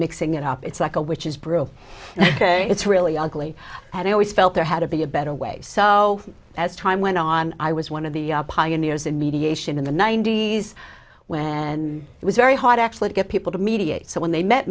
mixing it up it's like a witches brew and it's really ugly and i always felt there had to be a better way so as time went on i was one of the pioneers in mediation in the ninety's when it was very hard actually to get people to mediate so when they met